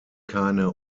keine